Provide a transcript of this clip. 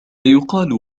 يقال